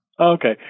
Okay